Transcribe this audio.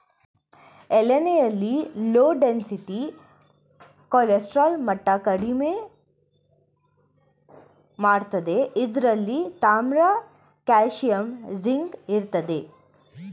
ಎಳ್ಳೆಣ್ಣೆಲಿ low density cholesterol ಮಟ್ಟ ಕಡಿಮೆ ಮಾಡ್ತದೆ ಇದ್ರಲ್ಲಿ ತಾಮ್ರ ಕಾಲ್ಸಿಯಂ ಜಿಂಕ್ ಇರ್ತದೆ